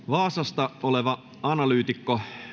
vaasasta oleva analyytikko